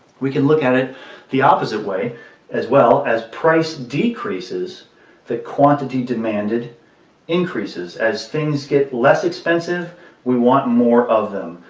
we could look at it the opposite way as well. as price decreases the quantity demanded increases. as things get less expensive we want more of them.